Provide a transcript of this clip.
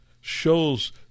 shows